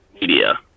media